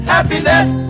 Happiness